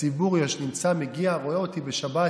הציבור מגיע, רואה אותי בשבת,